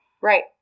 Right